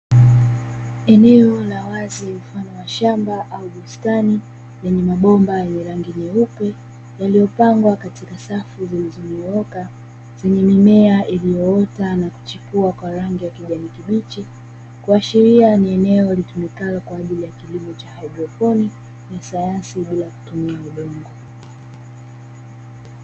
Eneo la wazi mfano wa shamba au bustani lenye mabomba yenye rangi nyeupe yaliyopangwa katika safu zilizonyooka zenye mimea iliyoota na kuchipua kwa rangi ya kijani kibichi, kuashiria ni eneo litumikalo kwa ajili ya kilimo cha haidroponi kwa sayansi ya bila kutumia udongo.